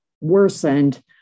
worsened